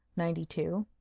ninety two.